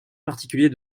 particulier